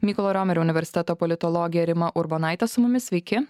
mykolo romerio universiteto politologė rima urbonaitė su mumis sveiki